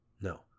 No